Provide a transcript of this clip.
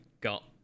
got